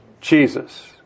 Jesus